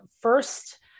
first